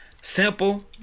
Simple